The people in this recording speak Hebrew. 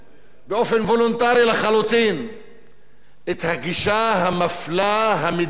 באופן וולונטרי לחלוטין את הגישה המפלה, המדירה,